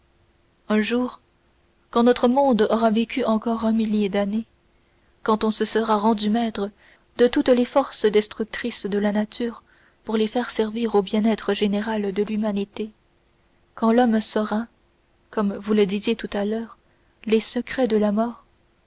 un jour quand notre monde aura vécu encore un millier d'années quand on se sera rendu maître de toutes les forces destructives de la nature pour les faire servir au bien-être général de l'humanité quand l'homme saura comme vous le disiez tout à l'heure les secrets de la mort